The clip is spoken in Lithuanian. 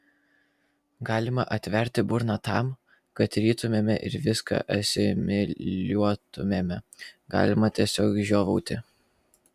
galima atverti burną tam kad rytumėme ir viską asimiliuotumėme galima tiesiog žiovauti